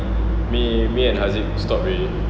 me me and haziq stop already